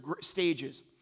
stages